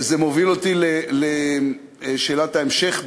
זה מוביל אותי לשאלת ההמשך,